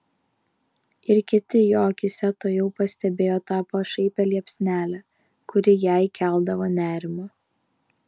ir kiti jo akyse tuojau pastebėjo tą pašaipią liepsnelę kuri jai keldavo nerimą